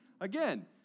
Again